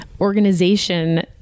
organization